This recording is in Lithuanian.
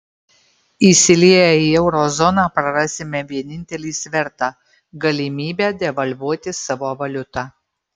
įsilieję į euro zoną prarasime vienintelį svertą galimybę devalvuoti savo valiutą